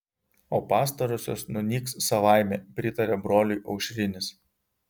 o pastarosios nunyks savaime pritarė broliui aušrinis